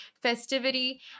festivity